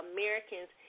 Americans